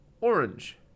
orange